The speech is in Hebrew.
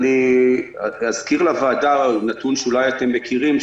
אזכיר לוועדה נתון שאולי אתם מכירים,